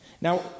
Now